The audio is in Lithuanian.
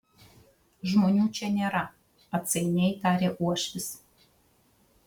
žmonių čia nėra atsainiai tarė uošvis